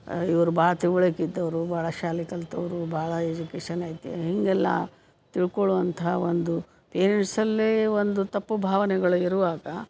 ಇವರು ಭಾಳ ತಿಳುವಳಿಕೆ ಇದ್ದವರು ಭಾಳ ಶಾಲೆ ಕಲಿತವ್ರು ಭಾಳ ಎಜುಕೇಶನ್ ಐತೆ ಹೀಗೆಲ್ಲ ತಿಳ್ಕೊಳ್ಳೋ ಅಂತಹ ಒಂದು ಪೇರೆಂಟ್ಸಲ್ಲೇ ಒಂದು ತಪ್ಪು ಭಾವನೆಗಳು ಇರುವಾಗ